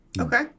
Okay